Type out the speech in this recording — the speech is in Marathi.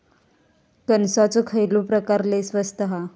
कणसाचो खयलो प्रकार लय स्वस्त हा?